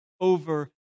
over